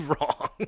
wrong